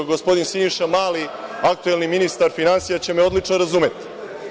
Gospodin Siniša Mali, aktuelni ministar finansija će me odlično razumeti.